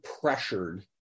pressured